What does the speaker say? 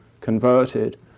converted